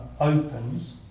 opens